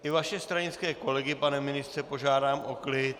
I vaše stranické kolegy, pane ministře, požádám o klid!